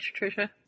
Trisha